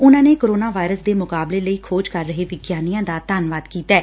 ਉਨੂਾ ਨੇ corona virus ਦੇ ਮੁਕਾਬਲੇ ਲਈ ਖੋਜ ਕਰ ਰਹੇ ਵਿਗਿਆਨੀਆਂ ਦਾ ਧੰਨਵਾਦ ਕੀਤੈ